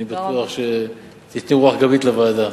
אני בטוח שתיתני רוח גבית לוועדה.